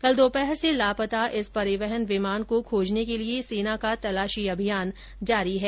कल दोपहर से लापता इस परिवहन विमान को खोजने के लिए सेना का तलाशी अभियान जारी है